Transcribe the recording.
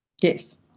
Yes